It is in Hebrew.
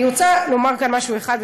אני רוצה לומר כאן משהו אחד,